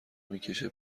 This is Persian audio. میکشه